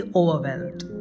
overwhelmed